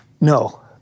No